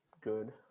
good